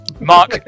Mark